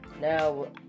now